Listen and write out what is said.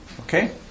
Okay